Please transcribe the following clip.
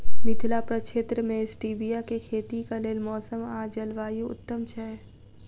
मिथिला प्रक्षेत्र मे स्टीबिया केँ खेतीक लेल मौसम आ जलवायु उत्तम छै?